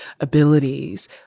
abilities